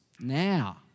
now